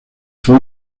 fue